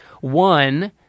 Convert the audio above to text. One